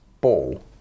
ball